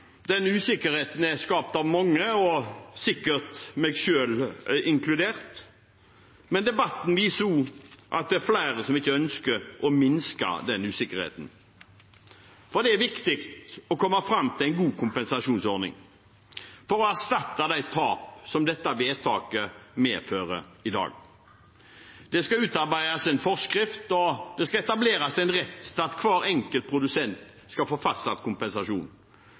Den usikkerheten er skapt av mange, sikkert meg selv inkludert, men debatten viser også at det er flere som ikke ønsker å minske den usikkerheten. Det er viktig å komme fram til en god kompensasjonsordning for å erstatte de tap som dette vedtaket medfører i dag. Det skal utarbeides en forskrift, og det skal etableres en rett til at hver enkelt produsent skal få fastsatt kompensasjon.